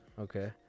okay